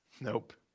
Nope